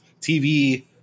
TV